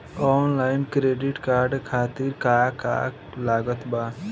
Online credit card खातिर का का लागत बा?